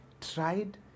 tried